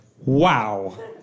wow